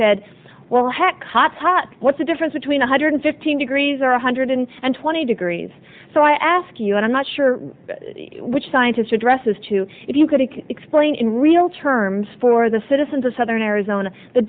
said well heck hot hot what's the difference between one hundred fifteen degrees or one hundred and twenty degrees so i ask you and i'm not sure which scientist addresses to if you could make explain in real terms for the citizens of southern arizona the